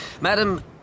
Madam